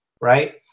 right